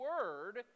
word